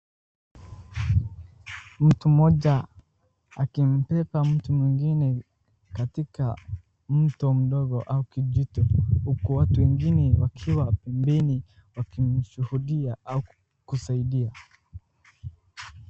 Mtu mmoja akimbeba mtu mwingine katika mto mdogo au kijito huku watu wengine wakiwa pembeni wakimshuhudia au kusaidia.